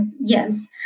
Yes